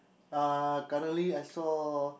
uh currently I saw